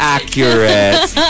Accurate